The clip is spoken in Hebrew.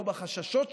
לא בחששות שלו,